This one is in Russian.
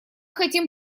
хотим